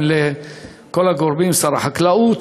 גם לשר החקלאות,